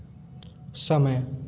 समय